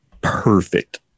perfect